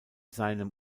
seinem